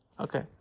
Okay